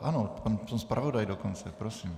Ano, pan zpravodaj dokonce, prosím.